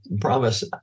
promise